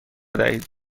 دهید